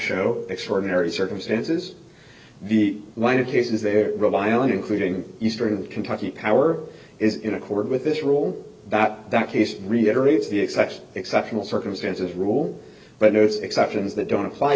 show extraordinary circumstances the line of cases they rely on including eastern kentucky power is in accord with this rule that that case reiterates the exception exceptional circumstances rule but those exceptions that don't apply